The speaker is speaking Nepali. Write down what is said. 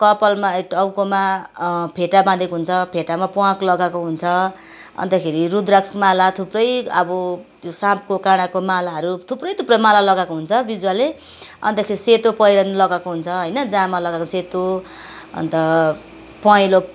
कपालमा टाउकोमा फेटा बाँधेको हुन्छ फेटामा प्वाँख लगाएको हुन्छ अन्तखेरि रूद्राक्ष माला थुप्रै अब साँपको काँडाको मालाहरू थुप्रै थुप्रै मालाहरू लगाएको हुन्छ बिजुवाले अन्तखेरि सेतो पहिरन लगाएको हुन्छ जामा लगाएको सेतो अन्त पहेँलो